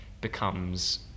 becomes